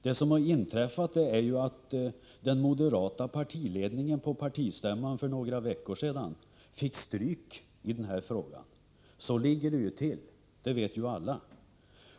Det som har inträffat är att den moderata partiledningen på partistämman för några veckor sedan fick stryk i denna fråga. Så ligger det till, det vet ju alla.